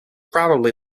probably